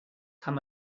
kann